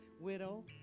widow